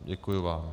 Děkuji vám.